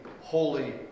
holy